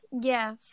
Yes